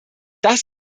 das